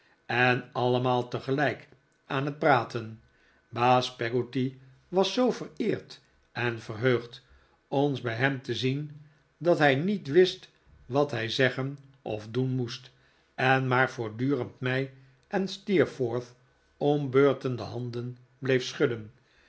en allemaal tegelijk aan het praten baas peggotty was zoo vereerd en verheugd ons bij hem te zien dat hij niet wist wat hij zeggen of doen moest en maar voortdurend mij en steerforth om beurten de hand bleef schudden